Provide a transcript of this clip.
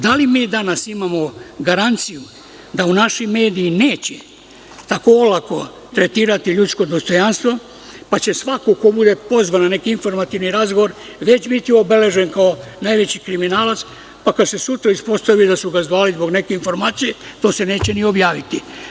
Da li mi danas imamo garanciju da naši mediji neće tako olako tretirati ljudsko dostojanstvo, pa će svako ko bude pozvan na neki informativni razgovor već biti obeležen kao najveći kriminalac, pa kada se sutra ispostavi da su ga zvali zbog neke informacije to se neće ni objaviti.